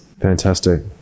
Fantastic